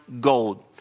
gold